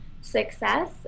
success